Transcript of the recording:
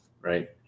Right